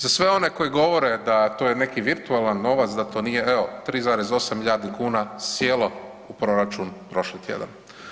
Za sve one koji govore da to je neki virtualan novac, da to nije, evo 3,8 milijardi kuna sjelo u proračun prošli tjedan.